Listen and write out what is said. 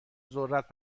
ذرت